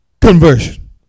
conversion